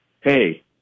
hey